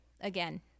Again